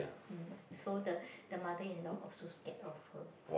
mm so the the mother-in-law also scared of her